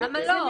למה לא?